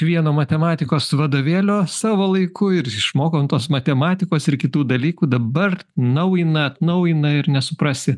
vieno matematikos vadovėlio savo laiku ir išmokom tos matematikos ir kitų dalykų dabar naujina atnaujina ir nesuprasi